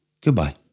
Goodbye